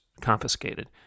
confiscated